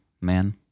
man